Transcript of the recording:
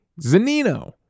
Zanino